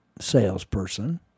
salesperson